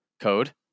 code